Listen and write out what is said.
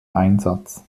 einsatz